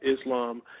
Islam